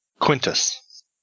Quintus